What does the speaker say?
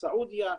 סעודיה,